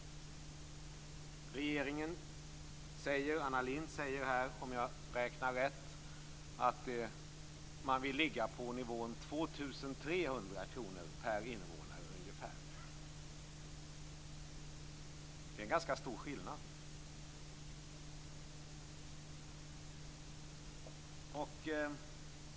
Regeringen och Anna Lindh säger, om jag räknar rätt, att man vill ligga ungefär på nivån 2 300 kr per invånare. Det är en ganska stor skillnad.